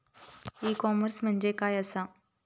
E commerce म्हणजे काय असा?